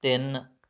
ਤਿੰਨ